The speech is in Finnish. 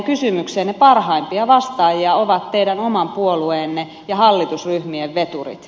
parhaimpia vastaajia ovat teidän oman puolueenne ja hallitusryhmänne veturit